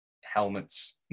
helmets